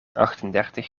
achtendertig